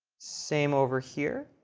same over here,